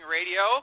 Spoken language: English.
Radio